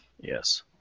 Yes